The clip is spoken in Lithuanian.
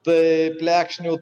tai plekšnių